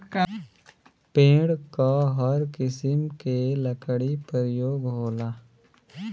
पेड़ क हर किसिम के लकड़ी परयोग होला